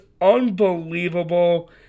unbelievable